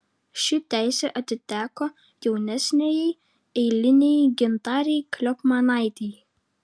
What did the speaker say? ši teisė atiteko jaunesniajai eilinei gintarei kliopmanaitei